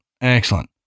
excellent